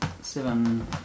seven